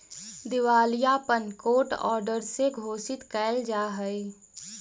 दिवालियापन court order से घोषित कैल जा हई